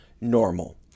normal